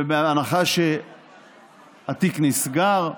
ובהנחה שהתיק נסגר,